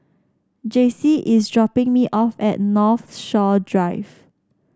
Jaycee is dropping me off at Northshore Drive